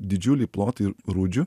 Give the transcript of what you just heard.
didžiuliai plotai rūdžių